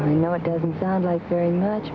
i know it doesn't sound like very much